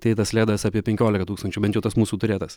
tai tas ledas apie penkiolika tūkstančių bent jau tas mūsų turėtas